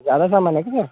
ज़्यादा सामान है क्या भईया